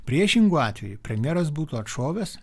priešingu atveju premjeras būtų atšovęs